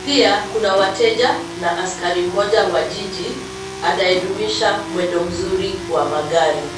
Pia, kuna wateja na askari mmoja wa jiji, anayedumisha mwendo mzuri wa magari.